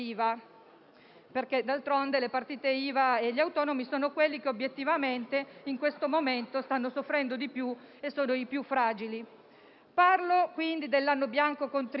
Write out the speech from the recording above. IVA. D'altronde, le partite IVA e gli autonomi sono quelli che, obiettivamente, in questo momento stanno soffrendo di più e sono i più fragili. Parlo, quindi, dell'anno bianco contributivo